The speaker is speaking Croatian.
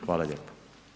Hvala lijepo.